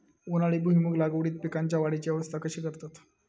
उन्हाळी भुईमूग लागवडीत पीकांच्या वाढीची अवस्था कशी करतत?